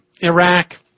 Iraq